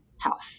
health